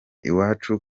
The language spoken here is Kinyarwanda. iwacu